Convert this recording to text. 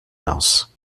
else